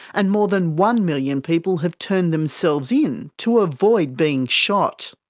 and more than one million people have turned themselves in to avoid being shot.